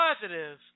positive